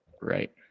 Right